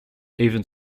even